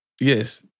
Yes